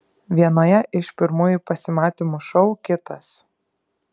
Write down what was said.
vienoje iš pirmųjų pasimatymų šou kitas